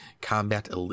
combat